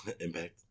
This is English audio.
Impact